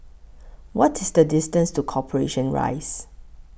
What IS The distance to Corporation Rise